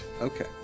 Okay